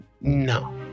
No